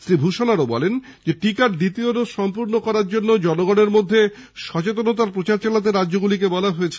শ্রী ভূষণ আরও বলেন টিকার দ্বিতীয় ডোজ সম্পূর্ণ করার জন্য জনগণের মধ্যে সচেতনতার প্রচার চালাতে রাজ্যগুলিকে বলা হয়েছে